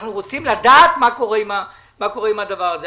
אנחנו רוצים לדעת מה קורה עם הדבר הזה.